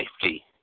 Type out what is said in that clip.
safety